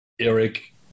Eric